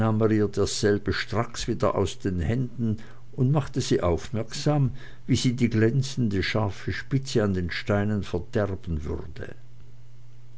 stracks wieder aus den händen und machte sie aufmerksam wie sie die glänzende scharfe spitze an den steinen verderben würde